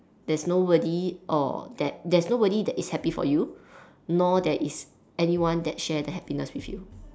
there's nobody or that there's nobody that is happy for you nor there is anyone that share the happiness with you